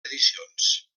edicions